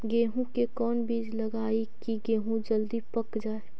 गेंहू के कोन बिज लगाई कि गेहूं जल्दी पक जाए?